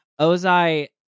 Ozai